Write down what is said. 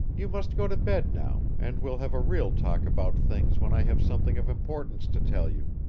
you must go to bed now, and we'll have a real talk about things when i have something of importance to tell you.